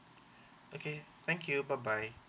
okay thank you bye bye